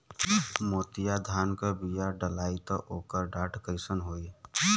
मोतिया धान क बिया डलाईत ओकर डाठ कइसन होइ?